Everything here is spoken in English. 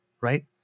right